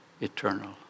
eternal